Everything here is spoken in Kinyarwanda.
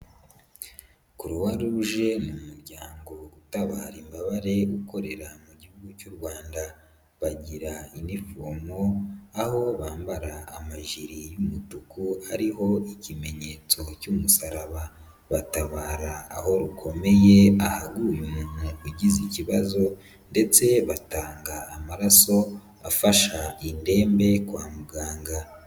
Croix rouge ni umuryango utabara imbabare ukorera mu gihugu cy'u Rwanda, bagira inifomo, aho bambara amajiri y'umutuku ariho ikimenyetso cy'umusaraba, batabara aho rukomeye, ahaguye umuntu ugize ikibazo ndetse batanga amaraso, afasha indembe kwa muganga.